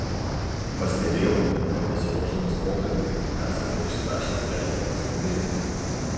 pastebėjau kad besiruošdamas pokalbiui esate užsirašęs keletą pastebėjimų